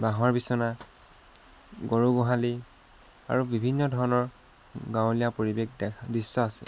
বাঁহৰ বিছনা গৰু গোহালি আৰু বিভিন্ন ধৰণৰ গাঁৱলীয়া পৰিৱেশ দৃশ্য আছে